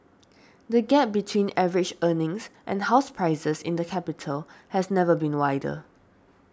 the gap between average earnings and house prices in the capital has never been wider